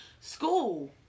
school